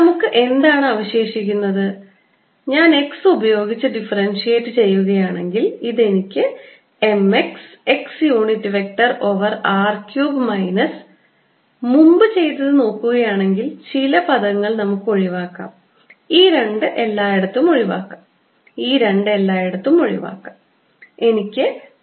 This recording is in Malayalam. നമുക്ക് എന്താണ് അവശേഷിക്കുന്നത് ഞാൻ x ഉപയോഗിച്ച് ഡിഫറൻഷിയേറ്റ് ചെയ്യുകയാണെങ്കിൽ ഇതെനിക്ക് m x x unit vector over r cube minus മുമ്പു ചെയ്തത് നോക്കുകയാണെങ്കിൽ ചില പദങ്ങൾ നമുക്ക് ഒഴിവാക്കാം ഈ 2 എല്ലായിടത്തും ഒഴിവാക്കുന്നു ഈ 2 എല്ലായിടത്തും ഒഴിവാക്കുന്നു ഈ 2 എല്ലായിടത്തും ഒഴിവാക്കുന്നു